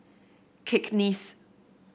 cakenis